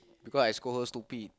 because I call her scold her stupid